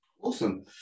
Awesome